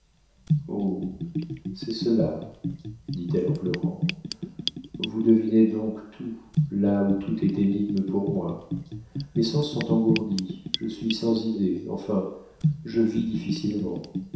c'est cela dit-elle en pleurant vous devinez donc tout là où tout est énigme pour moi mes sens sont engourdis je suis sans idées enfin je vis difficilement